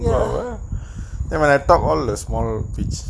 why ah when I talk all the small pitch